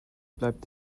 bleib